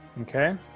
Okay